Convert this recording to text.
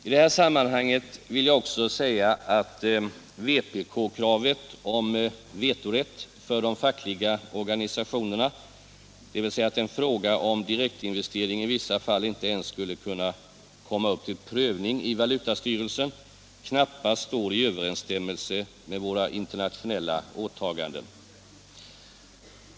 I det här sammanhanget vill jag också säga att vpk-kravet om vetorätt för de fackliga organisationerna, dvs. att en fråga om direktinvestering i vissa fall inte ens skulle kunna komma upp till prövning i valutastyrelsen, knappast står i överensstämmelse med våra internationella åtaganden.